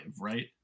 right